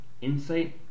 insight